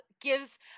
gives